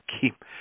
keep